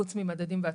חוץ ממדדים והצמדות,